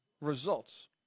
results